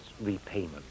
repayment